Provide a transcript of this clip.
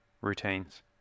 routines